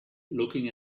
looking